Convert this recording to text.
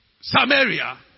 Samaria